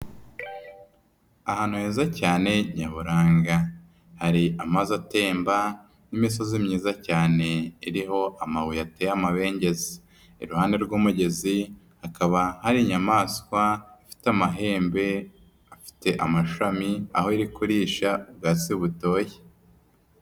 Ahantu heza cyane nyaburanga. Hari amazi atemba, n'imisozi myiza cyane iriho amabuye ateye amabengeza. Iruhande rw'umugezi hakaba hari inyamaswa ifite amahembe, afite amashami, aho iri kurisha ubwatsi butoshye.